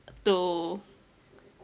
to